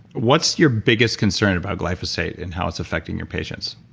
what's your biggest concert about glyphosate, and how it's affecting your patients?